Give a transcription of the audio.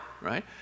right